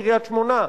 קריית-שמונה,